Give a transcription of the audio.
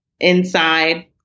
inside